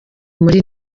muri